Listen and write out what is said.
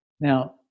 Now